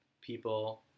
people